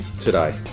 today